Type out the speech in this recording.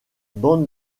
bande